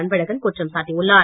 அன்பழகன் குற்றம் சாட்டியுள்ளார்